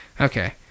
okay